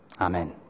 amen